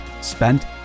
Spent